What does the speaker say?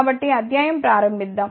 కాబట్టి అధ్యాయం ప్రారంభిద్దాం